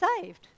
saved